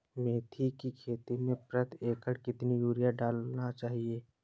मेथी के खेती में प्रति एकड़ कितनी यूरिया डालना चाहिए?